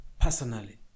personally